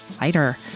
lighter